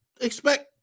expect